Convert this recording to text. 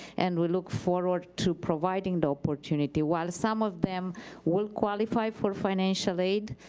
and we look forward to providing the opportunity. while some of them will qualify for financial aid,